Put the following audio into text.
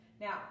Now